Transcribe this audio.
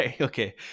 okay